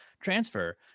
transfer